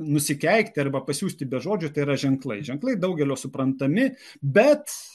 nusikeikti arba pasiųsti be žodžių tai yra ženklai ženklai daugelio suprantami bet